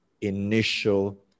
initial